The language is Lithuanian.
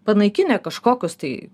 panaikinę kažkokius tai